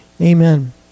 Amen